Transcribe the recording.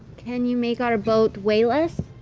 can you make our boat weigh less?